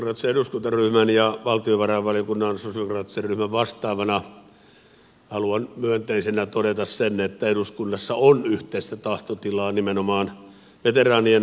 myös sosialidemokraattisen eduskuntaryhmän ja valtiovarainvaliokunnan sosialidemokraattisen ryhmän vastaavana haluan myönteisenä todeta sen että eduskunnassa on yhteistä tahtotilaa nimenomaan veteraanien asioissa